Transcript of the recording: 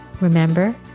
Remember